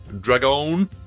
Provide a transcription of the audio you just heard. Dragon